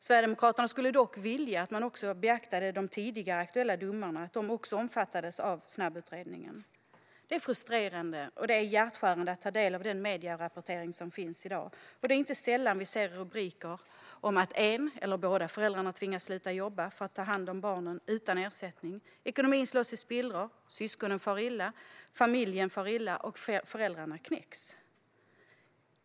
Sverigedemokraterna skulle dock vilja att man också beaktade de tidigare aktuella domarna och att de också omfattades av snabbutredningen. Det är frustrerande och hjärtskärande att ta del av medierapporteringen i denna fråga. Det är inte sällan vi ser rubriker om att en eller båda föräldrarna tvingas sluta jobba för att ta hand om barn utan ersättning. Ekonomin slås i spillror, syskonen far illa, familjen far illa och föräldrarna knäcks.